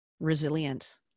resilient